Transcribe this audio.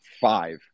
five